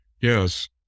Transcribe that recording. Yes